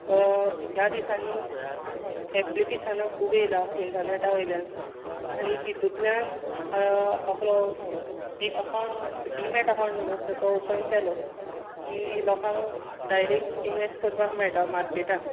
ह्या दिसानी ऍप्लीकेशनां खूब येयला इंटरनॅटावयल्यान आनी तितूतल्यान आपलो एक अकांउट डिमॅट म्हणून अकांउट तो ओपन केलो की लोकांक डायरेक्ट इन्वेश्ट करपाक मेळटा मार्केटाक